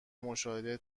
مشاهده